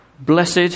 Blessed